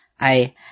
I-